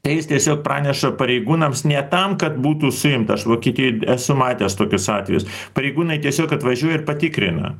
tai jis tiesiog praneša pareigūnams ne tam kad būtų suimtas aš vokietijoje esu matęs tokius atvejus pareigūnai tiesiog atvažiuoja ir patikrina